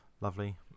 lovely